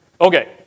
Okay